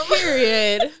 Period